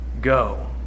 go